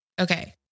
Okay